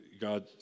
God